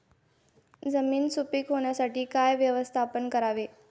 जमीन सुपीक होण्यासाठी काय व्यवस्थापन करावे?